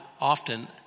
often